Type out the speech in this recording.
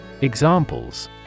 Examples